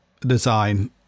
design